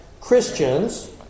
Christians